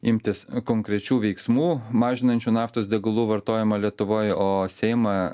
imtis konkrečių veiksmų mažinančių naftos degalų vartojimą lietuvoj o seimą